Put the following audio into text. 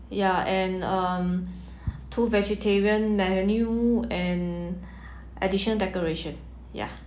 ya and um two vegetarian menu and additional decoration ya